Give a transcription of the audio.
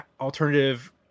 alternative